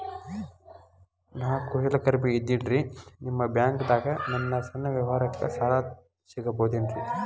ನಾ ಕುಶಲಕರ್ಮಿ ಇದ್ದೇನ್ರಿ ನಿಮ್ಮ ಬ್ಯಾಂಕ್ ದಾಗ ನನ್ನ ಸಣ್ಣ ವ್ಯವಹಾರಕ್ಕ ಸಾಲ ಸಿಗಬಹುದೇನ್ರಿ?